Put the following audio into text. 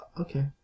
Okay